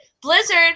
Blizzard